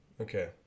Okay